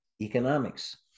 Economics